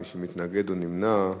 מי שמתנגד או נמנע,